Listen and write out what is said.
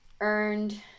earned